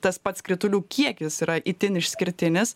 tas pats kritulių kiekis yra itin išskirtinis